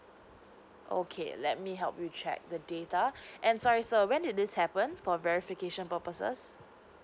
okay let me help you check the data and sorry sir when did this happened for verification purposes